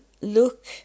look